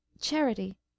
charity